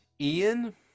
ian